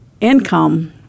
income